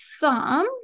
thumb